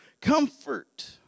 comfort